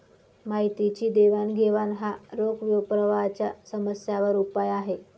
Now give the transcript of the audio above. माहितीची देवाणघेवाण हा रोख प्रवाहाच्या समस्यांवर उपाय आहे